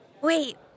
wait